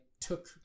took